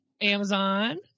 Amazon